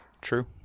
True